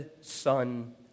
Son